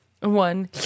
One